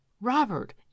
Robert